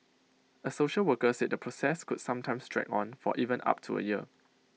A social worker said the process could sometimes drag on for even up to A year